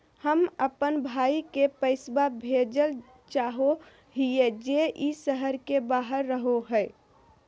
हम अप्पन भाई के पैसवा भेजल चाहो हिअइ जे ई शहर के बाहर रहो है